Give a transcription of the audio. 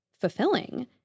fulfilling